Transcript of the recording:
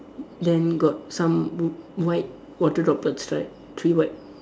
then got some w~ white water droplets right three white